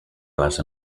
les